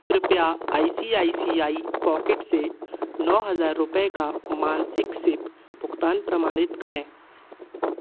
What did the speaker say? कृपया I C I C I pockets से नौ हज़ार रुपये का मासिक सिप भुगतान प्रमाणित करें